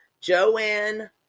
Joanne